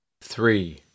three